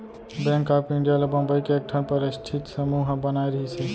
bank of India ल बंबई के एकठन परस्ठित समूह ह बनाए रिहिस हे